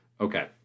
Okay